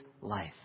life